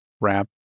wrap